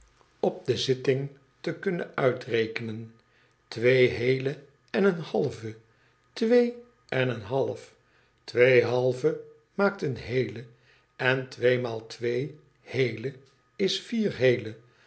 op de zitting te kunnen uitrekenen twee heele en een halve twee en een half twee halve maakt een heele en tweemaal twee heele is vier heele